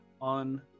on